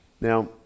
Now